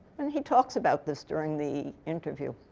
and he talks about this during the interview.